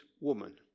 woman